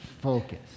Focus